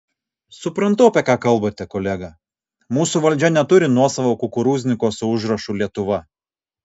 suprantu apie ką kalbate kolega mūsų valdžia neturi nuosavo kukurūzniko su užrašu lietuva